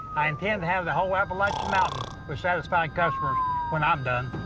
i intend to have the whole appalachia mountain for satisfied customers when i'm done.